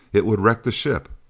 it would wreck the ship,